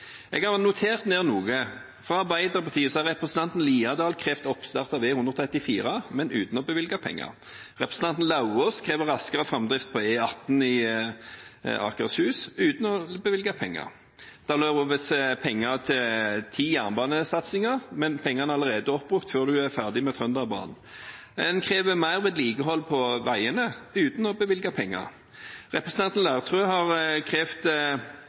Jeg har notert ned noe. Fra Arbeiderpartiet har representanten Haukeland Liadal krevd oppstart av E134, men uten å bevilge penger. Representanten Lauvås krever raskere framdrift på E18 i Akershus, uten å bevilge penger. Det loves penger til ti jernbanesatsinger, men pengene er allerede oppbrukt før du er ferdig med Trønderbanen. En krever mer vedlikehold på veiene, uten å bevilge penger. Representanten